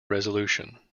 resolution